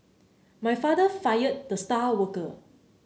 my father fired the star worker